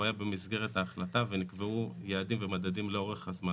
הוא היה במסגרת ההחלטה ונקבעו יעדים ומדדים לאורך הזמן.